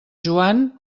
joan